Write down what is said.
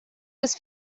was